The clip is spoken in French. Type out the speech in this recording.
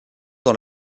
dans